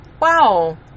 Wow